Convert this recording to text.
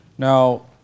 Now